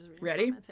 Ready